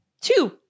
two